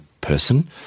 Person